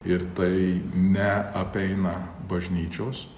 ir tai neapeina bažnyčios